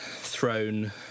thrown